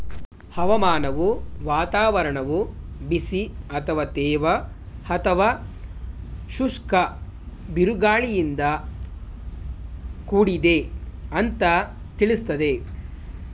ಹವಾಮಾನವು ವಾತಾವರಣವು ಬಿಸಿ ಅಥವಾ ತೇವ ಅಥವಾ ಶುಷ್ಕ ಬಿರುಗಾಳಿಯಿಂದ ಕೂಡಿದೆ ಅಂತ ತಿಳಿಸ್ತದೆ